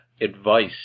advice